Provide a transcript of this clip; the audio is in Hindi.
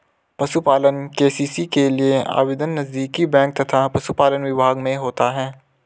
पशुपालन के.सी.सी के लिए आवेदन नजदीकी बैंक तथा पशुपालन विभाग में होता है